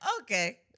okay